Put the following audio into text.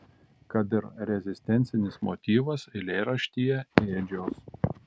kad ir rezistencinis motyvas eilėraštyje ėdžios